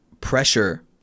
pressure